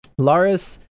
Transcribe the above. Laris